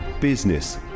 Business